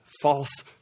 false